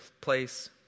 place